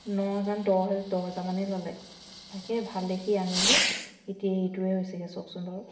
ন হাজাৰ দ দহ হাজাৰ মানেই ল'লে তাকে ভাল দেখি আনিলোঁ এতিয়া এইটোহে হৈছেগৈ চাওকচোন বাৰু